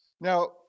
Now